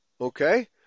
Okay